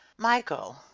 michael